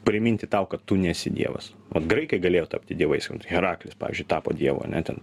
priminti tau kad tu nesi dievas vat graikai galėjo tapti dievais heraklis pavyzdžiui tapo dievu ane ten